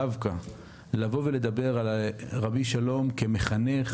יש משמעות אדירה לבוא ולדבר על רבי שלום כמחנך.